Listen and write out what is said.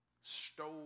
stole